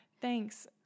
Thanks